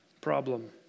problem